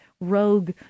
rogue